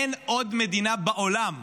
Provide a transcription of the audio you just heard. אין עוד מדינה בעולם,